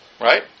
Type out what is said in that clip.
right